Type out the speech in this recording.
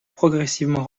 progressivement